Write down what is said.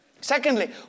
Secondly